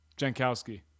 Jankowski